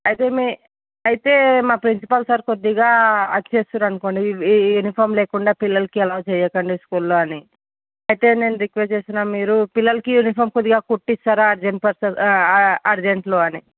అయితే మీ అయితే మా ప్రిన్సిపల్ సార్ కొద్ధిగా అరిచేస్తున్నారు అనుకోండి ఈ యూనీఫార్మ్ లేకుండా పిల్లలకి అలౌ చేయకండి స్కూల్లో అని అయితే నేను రిక్వెస్ట్ చేస్తున్నమీరు పిల్లలకి యూనీఫార్మ్ కొద్దిగా కుట్టిస్తారా అర్జెంట్ పర్ అర్జంట్లో అని